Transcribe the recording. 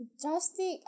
Drastic